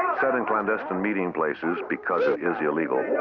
set in clandestine meeting places because it is illegal,